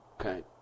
Okay